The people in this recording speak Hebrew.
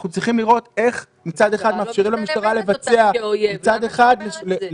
אנחנו צריכים לראות איך, מצד אחד,